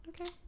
Okay